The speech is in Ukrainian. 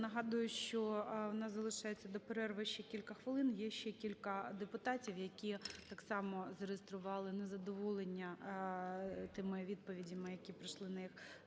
нагадую, що у нас залишається до перерви ще кілька хвилин. Є ще кілька депутатів, які так само зареєстрували незадоволення тими відповідями, на які прийшли на їх